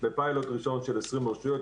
בפיילוט ראשון של 20 רשויות.